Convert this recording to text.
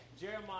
Jeremiah